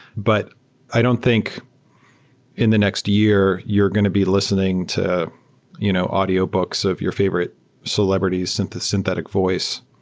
but i don't think in the next year, you're going to be listening to you know audiobooks of your favorite celebrity's synthetic synthetic voice,